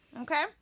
okay